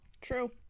True